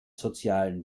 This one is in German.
sozialen